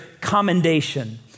commendation